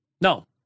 No